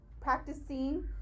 practicing